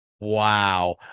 Wow